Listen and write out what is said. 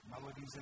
melodies